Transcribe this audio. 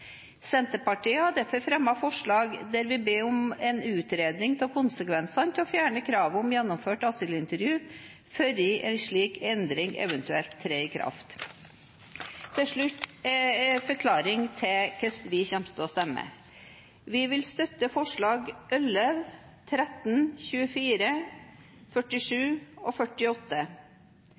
Senterpartiet har derfor fremmet et forslag der vi ber om en utredning av konsekvensene av å fjerne kravet om gjennomført asylintervju før midlertidig arbeidstillatelse kan gis, før en slik endring eventuelt trer i kraft. Til slutt en forklaring om hvordan vi kommer til å stemme: Vi vil støtte forslagene nr. 11, nr. 13, nr. 24, nr. 47 og